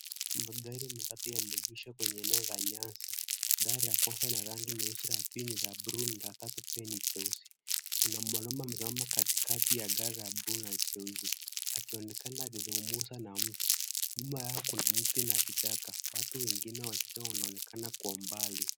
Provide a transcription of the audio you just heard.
Magari matatu yameegeshwa kwenye eneo la nyasi. Gari la kwanza ni la rangi nyeusi la pili ni la bluu na la tatu pia ni jeusi. Kuna mwanaume amesimama katikati ya gari la bluu na jeusi akionekana akizungumza na mtu. Nyuma yao kuna mti na vichaka. Watu wengine wakija wanaonekana kwa umbali.